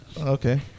Okay